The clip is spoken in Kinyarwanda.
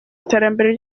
iterambere